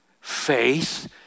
faith